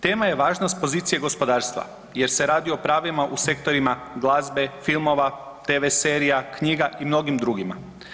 Tema je važnost pozicije gospodarstva jer se radi o pravima u sektorima glazbe, filmova, tv serija, knjiga i mnogim drugima.